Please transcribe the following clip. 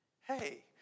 hey